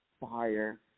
fire